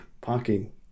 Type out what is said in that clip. parking